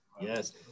yes